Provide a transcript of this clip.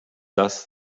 das